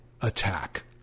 attack